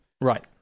Right